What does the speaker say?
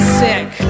sick